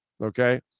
okay